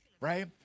right